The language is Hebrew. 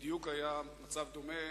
בדיוק היה מצב דומה,